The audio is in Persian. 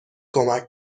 کمک